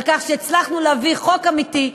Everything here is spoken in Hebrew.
על כך שהצלחנו להביא חוק אמיתי,